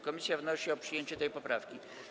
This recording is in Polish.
Komisja wnosi o przyjęcie tej poprawki.